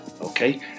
okay